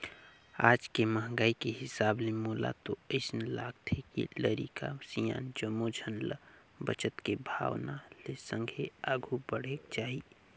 आज के महंगाई के हिसाब ले मोला तो अइसे लागथे के लरिका, सियान जम्मो झन ल बचत के भावना ले संघे आघु बढ़ेक चाही